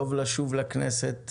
טוב לשוב לכנסת